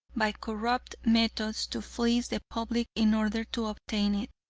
by corrupt methods, to fleece the public in order to obtain it.